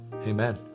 Amen